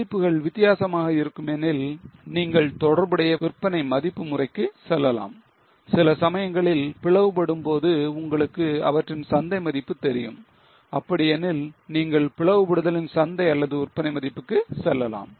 மதிப்புகள் வித்தியாசமாக இருக்கும் எனில் நீங்கள் தொடர்புடைய விற்பனை மதிப்பு முறைக்கு செல்லலாம் சில சமயங்களில் பிளவுபடும் போது உங்களுக்கு அவற்றின் சந்தை மதிப்பு தெரியும் அப்படி எனில் நீங்கள் பிளவுபடுதலின் சந்தை அல்லது விற்பனை மதிப்புக்கு செல்லலாம்